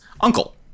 uncle